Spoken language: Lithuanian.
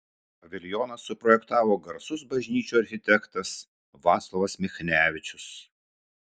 paviljoną suprojektavo garsus bažnyčių architektas vaclovas michnevičius